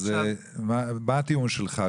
מה הטיעון שלך?